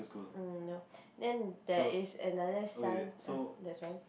um no then there is another sign ah this one